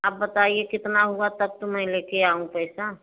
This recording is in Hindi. आप बताइए कितना हुआ तब तो मैं लेके आऊँ पैसा